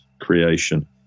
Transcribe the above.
creation